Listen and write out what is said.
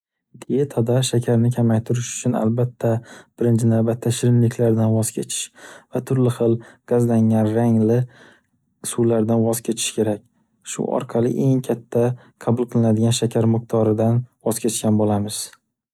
Dietada shakarni kamaytirish uchun albatta, birinchi navbatda shirinliklardan voz kechish va turli xil gazlangan rangli suvlardan voz kechish kerak. Shu orqali eng katta qabul qilinadigan shakar miqdoridan voz kechgan boʻlamiz.